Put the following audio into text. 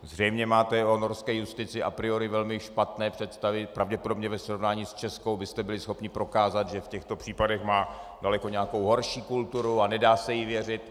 Zřejmě máte o norské justici a priori velmi špatné představy, pravděpodobně ve srovnání s českou byste byli schopni prokázat, že v těchto případech má nějakou daleko horší kulturu a nedá se jí věřit.